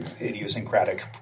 idiosyncratic